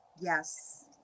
Yes